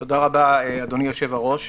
התש"ף-2020.